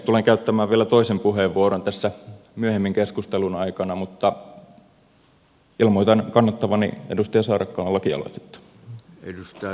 tulen käyttämään vielä toisen puheenvuoron tässä myöhemmin keskustelun aikana mutta ilmoitan kannattavani edustaja saarakkalan lakialoitetta